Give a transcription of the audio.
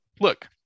Look